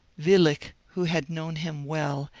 willich, who had known him well,